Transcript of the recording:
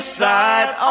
side